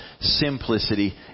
Simplicity